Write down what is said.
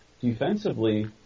defensively